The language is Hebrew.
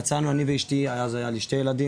יצאנו אני ואשתי, אז היו לי שני ילדים,